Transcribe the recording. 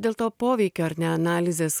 dėl to poveikio ar ne analizės